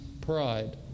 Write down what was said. pride